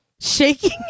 Shaking